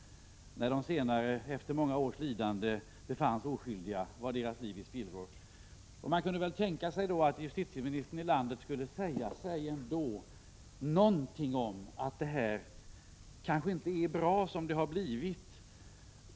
När de efter många års lidande befanns oskyldiga, var deras liv i spillror. Man kunde väl vänta sig att landets justitieminister ändå skulle säga något om att det kanske inte är riktigt bra som det har blivit.